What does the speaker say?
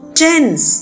tens